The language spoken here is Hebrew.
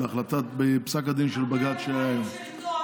על פסק הדין של בג"ץ שהיה לנו.